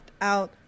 out